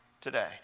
today